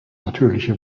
natürliche